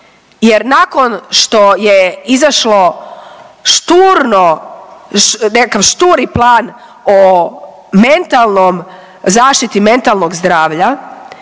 jer nakon što je izašlo šturno, nekakav šturi plan o mentalnom, zaštiti mentalnog zdravlja